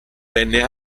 venne